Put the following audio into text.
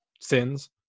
sins